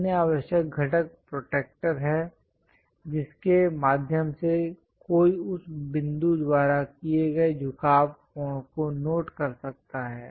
अन्य आवश्यक घटक प्रोट्रैक्टर है जिसके माध्यम से कोई उस बिंदु द्वारा किए गए झुकाव कोण को नोट कर सकता है